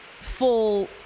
full